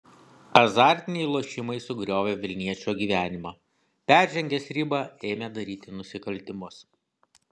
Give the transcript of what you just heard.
azartiniai lošimai sugriovė vilniečio gyvenimą peržengęs ribą ėmė daryti nusikaltimus